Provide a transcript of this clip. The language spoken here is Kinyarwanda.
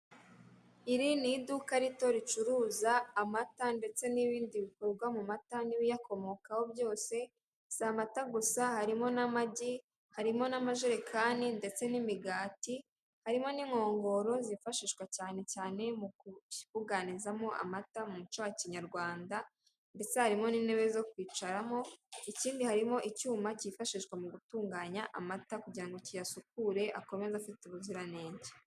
Iri ni iduka rito ricuruza amata ndetse n'ibindi bikorwa mu mata n'ibiyakomokaho byose. Si amata gusa, harimo n'amagi, harimo n'amajerekani ndetse n'imigati. Harimo n'inkongoro zifashishwa cyane cyane mu kubuganizamo amata mu muco wa kinyarwanda, ndetse harimo n'intebe zo kwicaramo. Ikindi harimo icyuma cyifashishwa mu gutunganya amata kugira ngo kiyasukure, akomeze afite ubuziranenge.